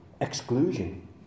exclusion